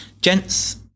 Gents